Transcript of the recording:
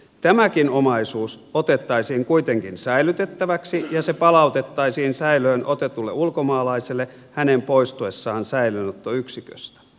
tämäkin omaisuus otettaisiin kuitenkin säilytettäväksi ja se palautettaisiin säilöön otetulle ulkomaalaiselle hänen poistuessaan säilöönottoyksiköstä